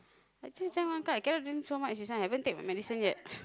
I just drank one cup I cannot drink so much this one I haven't take my medicine yet